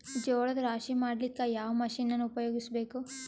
ಜೋಳದ ರಾಶಿ ಮಾಡ್ಲಿಕ್ಕ ಯಾವ ಮಷೀನನ್ನು ಉಪಯೋಗಿಸಬೇಕು?